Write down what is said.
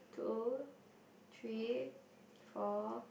two three four